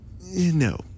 no